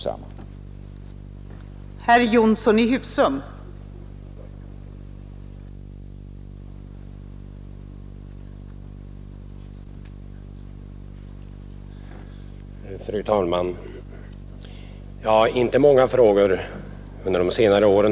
nisk utveckling nisk utveckling